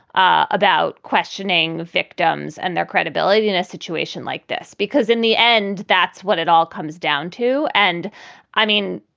about questioning the victims and their credibility in a situation like this, because in the end, that's what it all comes down to. and i mean,